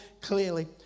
clearly